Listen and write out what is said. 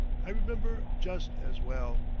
i remember just as well.